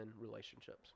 relationships